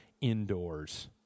indoors